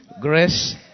Grace